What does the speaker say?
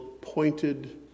pointed